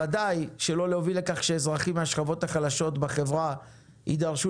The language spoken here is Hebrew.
וודאי שלא להוביל לכך שאזרחים מהשכובות החלשות בחברה יידרשו